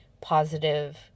positive